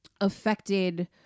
affected